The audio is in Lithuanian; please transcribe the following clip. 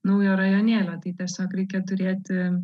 naujo rajonėlio tai tiesiog reikia turėti